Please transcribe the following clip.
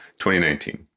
2019